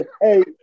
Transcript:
Hey